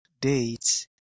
dates